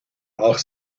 auch